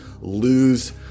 lose